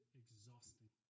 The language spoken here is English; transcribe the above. exhausting